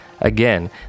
Again